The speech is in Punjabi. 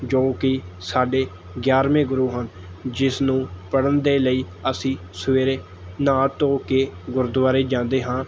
ਜੋ ਕਿ ਸਾਡੇ ਗਿਆਰ੍ਹਵੇਂ ਗੁਰੂ ਹਨ ਜਿਸ ਨੂੰ ਪੜ੍ਹਨ ਦੇ ਲਈ ਅਸੀਂ ਸਵੇਰੇ ਨਹਾ ਧੋ ਕੇ ਗੁਰਦੁਆਰੇ ਜਾਂਦੇ ਹਾਂ